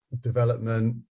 development